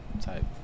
type